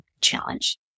challenge